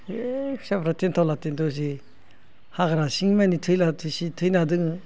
ओइ फिसाफ्रा थेन्थावला थेन्थावलि जि हाग्रा सिंमानि थैला थैसि थैला थैसि जादोङो